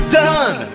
done